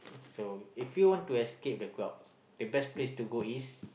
so if you want to escape the crowds the best place to go is